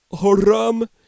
haram